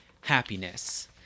happiness